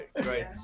great